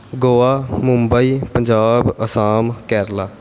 Goa Mumbai Punjab Assam Kerala